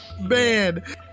man